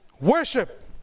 Worship